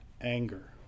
anger